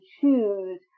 choose